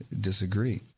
disagree